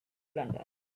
london